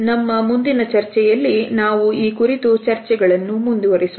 ನಮ್ಮ ಮುಂದಿನ ಚರ್ಚೆಯಲ್ಲಿ ನಾವು ಈ ಕುರಿತು ಚರ್ಚೆಗಳನ್ನು ಮುಂದುವರಿಸೋಣ